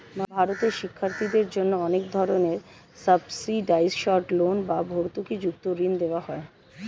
ভারতে শিক্ষার্থীদের জন্য অনেক ধরনের সাবসিডাইসড লোন বা ভর্তুকিযুক্ত ঋণ দেওয়া হয়